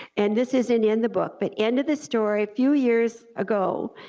and this isn't in the book, but end of the story, a few years ago,